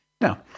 Now